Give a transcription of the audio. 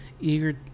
eager